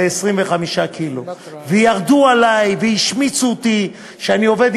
זה דופק לנו את הגב, אנחנו פורצים דיסקים,